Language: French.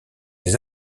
des